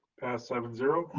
passed seven zero.